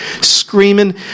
screaming